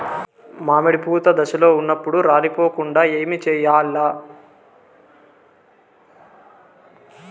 మామిడి పూత దశలో ఉన్నప్పుడు రాలిపోకుండ ఏమిచేయాల్ల?